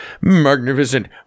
magnificent